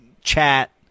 chat